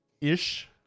ish